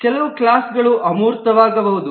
ಕೆಲವು ಕ್ಲಾಸ್ಗಳು ಅಮೂರ್ತವಾಗಬಹುದು